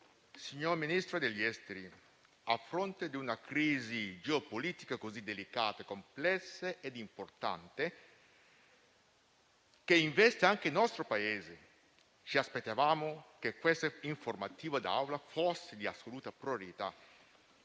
internazionale, a fronte di una crisi geopolitica così delicata, complessa ed importante, che investe anche il nostro Paese, ci aspettavamo che questa informativa in Assemblea fosse di assoluta priorità.